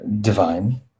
divine